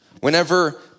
Whenever